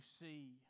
see